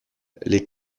les